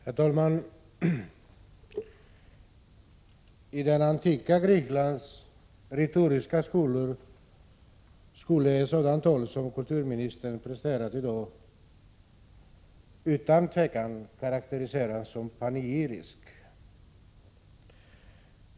Herr talman! I det antika Greklands retoriska skolor skulle ett sådant tal som kulturministern presterat i dag utan tvivel ha karakteriserats som panegyriskt.